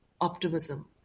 optimism